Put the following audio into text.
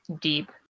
deep